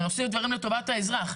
ועושים דברים לטובת האזרח,